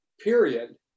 period